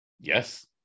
yes